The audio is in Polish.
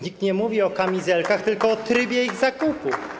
Nikt nie mówi o kamizelkach, tylko o trybie ich zakupu.